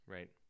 Right